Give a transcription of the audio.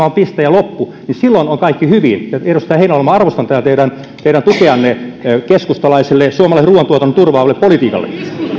on piste ja loppu niin silloin on kaikki hyvin edustaja heinäluoma arvostan tätä teidän tukeanne keskustalaiselle suomalaisen ruuantuotannon turvaavalle politiikalle